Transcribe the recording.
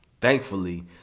thankfully